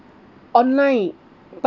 online but